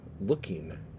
looking